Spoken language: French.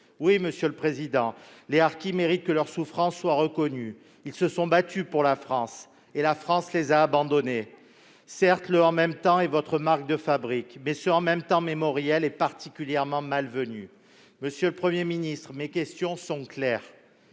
Oui, monsieur le Président de la République, les harkis méritent que leur souffrance soit reconnue. Ils se sont battus pour la France et la France les a abandonnés. Certes, le « en même temps » est votre marque de fabrique, mais ce « en même temps mémoriel » est particulièrement malvenu. Monsieur le Premier ministre, mes questions sont claires.